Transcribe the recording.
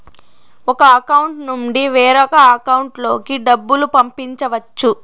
ఒక అకౌంట్ నుండి వేరొక అకౌంట్ లోకి డబ్బులు పంపించవచ్చు